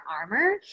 armor